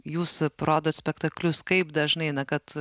jūs rodot spektaklius kaip dažnai na kad